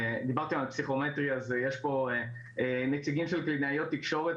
דיברתם על פסיכומטרי אז יש פה נציגים של קלינאיות תקשורת,